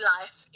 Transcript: life